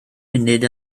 munud